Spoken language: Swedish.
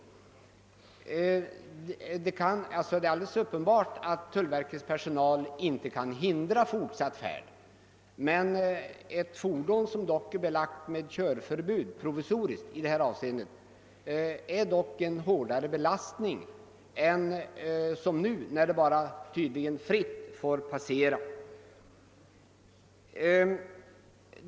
Det är alldeles uppenbart att tullverkets personal inte kan hindra fortsatt färd. Men ett provisoriskt körförbud innebär dock en hårdare belastning än om fordonet som nu helt opåtalat får passera.